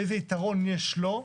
איזה יתרון יש לו?